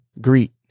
greet